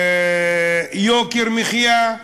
יוקר המחיה,